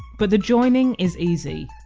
but the joining is easy.